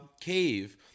cave